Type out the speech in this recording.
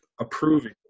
approving